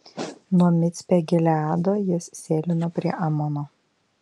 nuo micpe gileado jis sėlino prie amono